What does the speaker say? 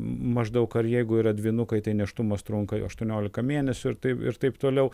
maždaug ar jeigu yra dvynukai tai nėštumas trunka jau aštuoniolika mėnesių ir taip ir taip toliau